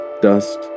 dust